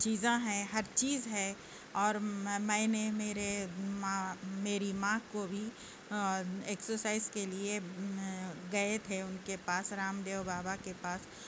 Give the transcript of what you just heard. چیزاں ہے ہر چیز ہے اور میں میں نے میرے ماں میری ماں کو بھی ایکسرسائز کے لیے گئے تھے ان کے پاس رام دیو بابا کے پاس